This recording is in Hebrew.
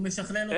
הוא משכלל אותה.